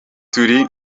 turi